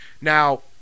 Now